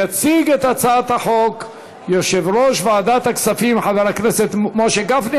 יציג את הצעת החוק יושב-ראש ועדת הכספים חבר הכנסת משה גפני.